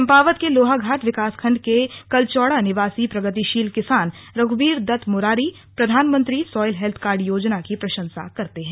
चंपावत के लोहाघाट विकासखंड के कलचौडा निवासी प्रगतिशील किसान रघुबर दत्त मुरारी प्रधानमंत्री सॉइल हैल्थ कार्ड योजना की प्रसंशा करते है